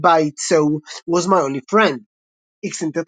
Sbaitso Was My Only Friend".